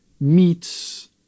meets